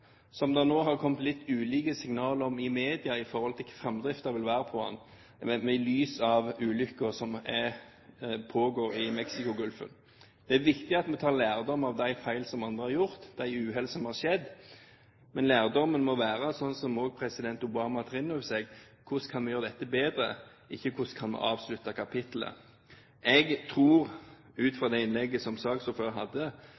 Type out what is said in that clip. Det har kommet litt ulike signaler i media med tanke på hvilken framdrift det vil være på den, i lys av ulykken som pågår i Mexicogolfen. Det er viktig at vi tar lærdom av de feil som andre har gjort, de uhell som har skjedd, men lærdommen må være – som også president Obama tar inn over seg – hvordan vi kan gjøre dette bedre, ikke hvordan vi kan avslutte kapitlet. Jeg tror, ut